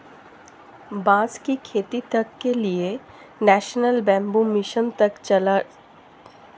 बांस की खेती तक के लिए नेशनल बैम्बू मिशन तक चल रहा है